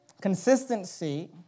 Consistency